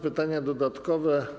Pytania dodatkowe.